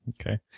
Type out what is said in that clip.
okay